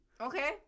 Okay